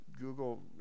google